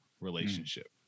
relationship